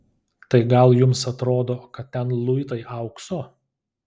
tai gal jums atrodo kad ten luitai aukso